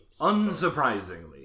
unsurprisingly